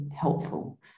helpful